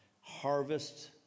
harvest